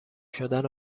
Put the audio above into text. شدن